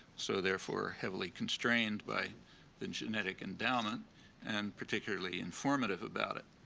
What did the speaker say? so therefore, heavily constrained by the genetic endowment and particularly informative about it.